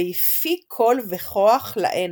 ויפי־קול וכח להנה,